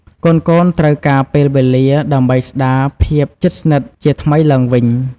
កូនៗត្រូវការពេលវេលា ដើម្បីស្ដារភាពជិតស្និទ្ធជាថ្មីឡើងវិញ។